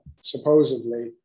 supposedly